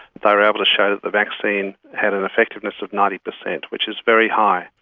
they were able to show that the vaccine had an effectiveness of ninety percent, which is very high.